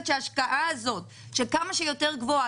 שהשקעה גבוהה,